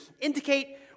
indicate